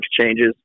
changes